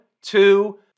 two